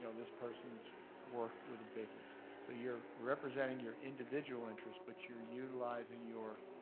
you know this person worked with a business. so you're representing your individual interests, but you're utilizing your,